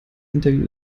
interview